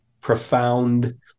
profound